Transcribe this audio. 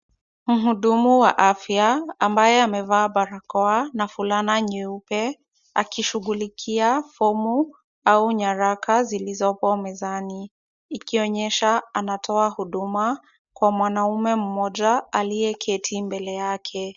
Mhudumu wa afya ambaye amevaa barakoa na fulana nyeupe akishughulikia fomu au nyaraka zilizoko mezani, ikionyesha anatoa huduma kwa mwanaume mmoja aliyeketi mbele yake.